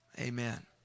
Amen